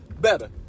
better